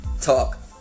talk